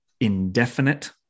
indefinite